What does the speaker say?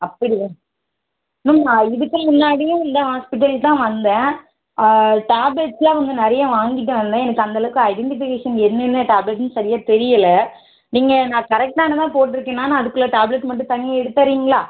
அப்படியா மேம் இதுக்கு முன்னாடியும் இந்த ஹாஸ்பிட்டலுக்கு தான் வந்தேன் டேப்லெட்ஸெலாம் கொஞ்சம் நிறையா வாங்கிகிட்டு வந்தேன் எனக்கு அந்த அளவுக்கு ஐடென்டிபிகேஷன் என்னென்ன டேப்லெட்னு சரியாக தெரியலை நீங்கள் நான் கரெக்டானதாக போட்டிருக்கேன்னா அதுக்குள்ளே டேப்லெட் மட்டும் தனியாக எடுத்துதர்றீங்களா